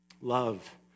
Love